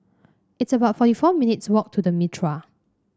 it's about forty four minutes' walk to The Mitraa